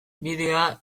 bideoa